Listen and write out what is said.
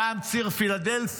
פעם ציר פילדלפי,